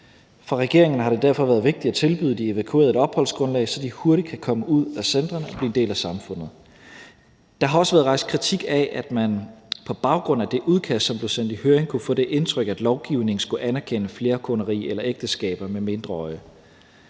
For regeringen har det derfor været vigtigt at tilbyde de evakuerede et opholdsgrundlag, så de hurtigt kan komme ud af centrene og blive en del af samfundet. Der har også været rejst kritik af, at man på baggrund af det udkast, som blev sendt i høring, kunne få det indtryk, at lovgivningen skulle anerkende flerkoneri eller ægteskaber med mindreårige,